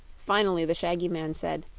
finally, the shaggy man said